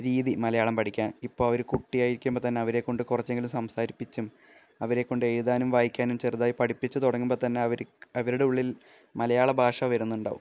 രീതി മലയാളം പഠിക്കാന് ഇപ്പോള് അവര് കുട്ടിയായിരിക്കുമ്പോള്ത്തന്നെ അവരെക്കൊണ്ട് കുറച്ചെങ്കിലും സംസാരിപ്പിച്ചും അവരെക്കൊണ്ട് എഴുതാനും വായിക്കാനും ചെറുതായി പഠിപ്പിച്ച് തുടങ്ങുമ്പോള്ത്തന്നെ അവര്ക്ക് അവരുടെ ഉള്ളില് മലയാള ഭാഷ വരുന്നുണ്ടാവും